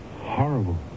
Horrible